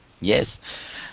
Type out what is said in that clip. Yes